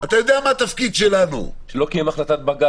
אתה יודע מה התפקיד שלנו -- שלא קיים החלטת בג"ץ.